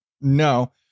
no